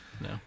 No